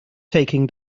taking